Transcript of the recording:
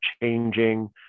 changing